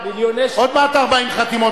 עוד מעט 40 חתימות,